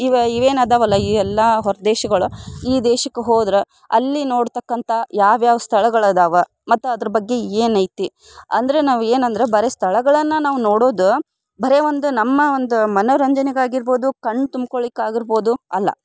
ಇವೆ ಇವೇನು ಅದವಲ್ಲ ಈ ಎಲ್ಲ ಹೊರ ದೇಶಗಳು ಈ ದೇಶಕ್ಕೆ ಹೋದ್ರೆ ಅಲ್ಲಿ ನೋಡ್ತಕ್ಕಂಥ ಯಾವ್ಯಾವ ಸ್ಥಳಗಳು ಅದಾವ ಮತ್ತು ಅದ್ರ ಬಗ್ಗೆ ಏನೈತಿ ಅಂದ್ರೆ ನಾವು ಏನು ಅಂದರೆ ಬರೀ ಸ್ಥಳಗಳನ್ನು ನಾವು ನೋಡೋದು ಬರೀ ಒಂದು ನಮ್ಮ ಒಂದು ಮನೋರಂಜನೆಗಾಗಿರ್ಬೋದು ಕಣ್ಣು ತುಂಬ್ಕೊಳ್ಳಿಕ್ಕೆ ಆಗಿರ್ಬೋದು ಅಲ್ಲ